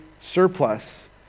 surplus